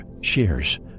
shares